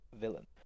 villain